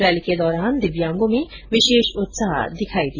rally के दौरान दिव्यांगों में विशेष उत्साह दिखाई दिया